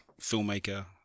filmmaker